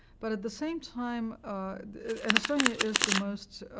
but at the same time and estonia is the most